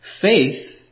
faith